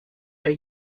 are